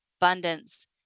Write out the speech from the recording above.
abundance